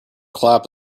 clap